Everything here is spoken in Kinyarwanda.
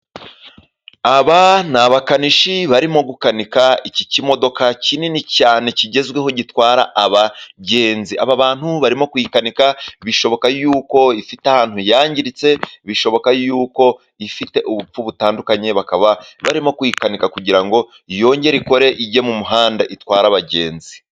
Aba ni abakanishi barimo gukanika iki kimodoka kinini cyane kigezweho gitwara abagenzi. Aba bantu barimo kuyikanika bishoboka yuko ifite ahantu yangiritse, bishoboka yuko ifite ubupfu butandukanye. Bakaba barimo kuyikanika kugira ngo yongere ikore, ijye mu muhanda itware abagenzi.